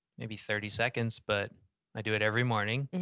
maybe thirty seconds, but i do it every morning.